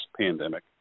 pandemic